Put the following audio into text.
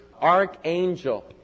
archangel